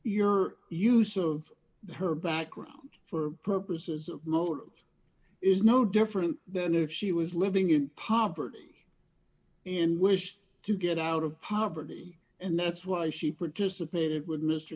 her background for purposes of motives is no different than if she was living in poverty and wish to get out of poverty and that's why she participated with mr